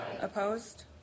Opposed